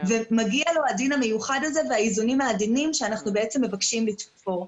מגיע לו הדין המיוחד הזה והאיזונים העדינים שאנחנו מבקשים לתפור.